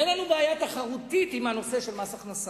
אין לנו בעיה תחרותית עם הנושא של מס הכנסה,